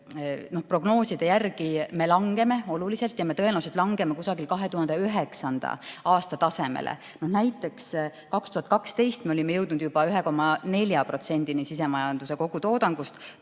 prognooside järgi me langeme oluliselt, tõenäoliselt langeme kusagile 2009. aasta tasemele. Näiteks 2012 olime jõudnud juba 1,4%-ni sisemajanduse kogutoodangust.